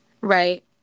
Right